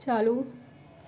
चालू